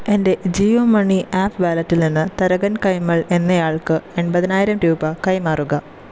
എൻ്റെ Jio money app വാലറ്റിൽ നിന്ന് തരകൻ കൈമൾ എന്നയാൾക്ക് എൺപതിനായിരം രൂപ കൈമാറുക